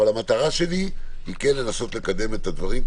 אבל המטרה שלי היא לנסות לקדם את הדברים,